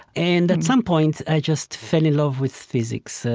and at some point, i just fell in love with physics,